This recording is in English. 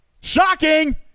Shocking